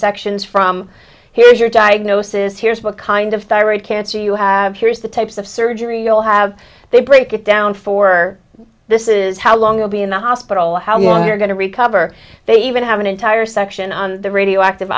sections from here's your diagnosis here's what kind of thyroid cancer you have here is the types of surgery you'll have they break it down for this is how long i'll be in the hospital how long they're going to recover they even have an entire section on the radioactive